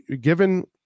given